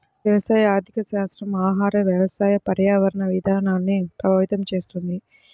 వ్యవసాయ ఆర్థికశాస్త్రం ఆహార, వ్యవసాయ, పర్యావరణ విధానాల్ని ప్రభావితం చేస్తుంది